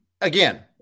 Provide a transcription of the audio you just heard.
again